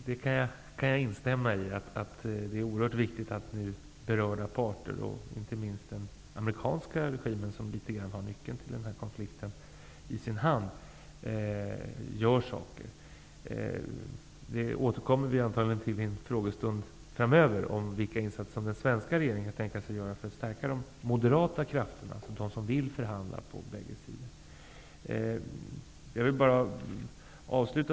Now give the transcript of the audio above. Herr talman! Jag kan instämma i att det är oerhört viktigt att berörda parter -- inte minst den amerikanska regimen, som har nyckeln till denna konflikt i sin hand -- vidtar åtgärder. Vi kan återkomma i en frågestund framöver om vilka insatser som den svenska regeringen kan tänkas göra för att stärka de moderata krafterna, dvs. de på bägge sidorna som vill förhandla.